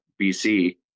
BC